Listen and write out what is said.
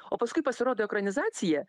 o paskui pasirodo ekranizacija